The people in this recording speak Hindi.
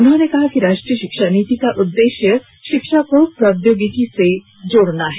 उन्होंने कहा कि राष्ट्रीय शिक्षा नीति का उद्देश्य शिक्षा को प्रौद्योगिकी से जोड़ना है